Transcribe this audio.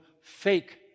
fake